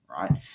right